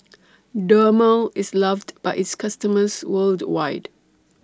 Dermale IS loved By its customers worldwide